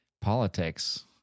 politics